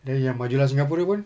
then yang majulah singapura pun